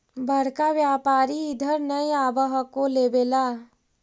बड़का व्यापारि इधर नय आब हको लेबे ला?